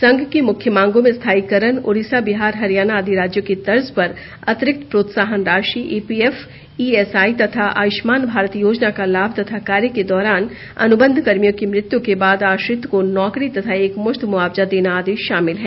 संघ की मुख्य मांगों में स्थायीकरण ओडिशा बिहार हरियाणा आदि राज्यों की तर्ज पर अतिरिक्त प्रोत्साहन राशि ईपीएफ ईएसआइ तथा आयुष्मान भारत योजना का लाभ तथा कार्य के दौरान अनुबंध कर्मियों की मृत्यू के बाद आश्रित को नौकरी तथा एकमृश्त मुआवजा देना आदि शामिल हैं